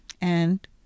and—